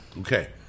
Okay